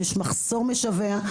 יש מחסור משווע.